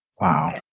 Wow